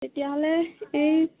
তেতিয়াহ'লে এই